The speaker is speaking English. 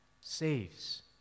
saves